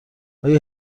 آیا